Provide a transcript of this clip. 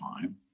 time